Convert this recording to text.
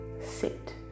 sit